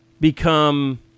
become